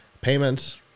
payments